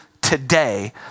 today